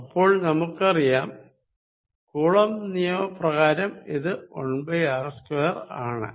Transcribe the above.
അപ്പോൾ നമുക്കറിയാം കൂളംബ് നിയമപ്രകാരം ഇത് 1 r2 ആണ്